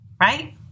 right